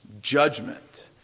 judgment